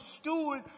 steward